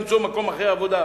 למצוא מקום עבודה אחר.